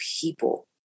people